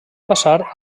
passar